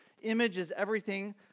image-is-everything